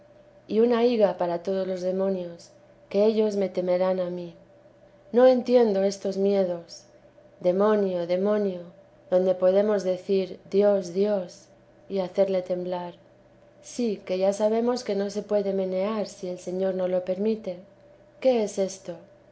y una higa para todos los demonios que ellos me temerán a mí no j s vida dé la santa madre entiendo estos miedos demonio demonio donde podemos decir dios dios y hacerle temblar si que ya sabemos que no se puede menear si el señor no lo permite que es esto